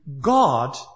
God